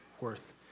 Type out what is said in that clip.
worth